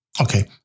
okay